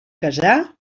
casar